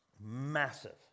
Massive